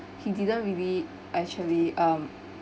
he didn't really actually um